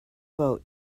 boat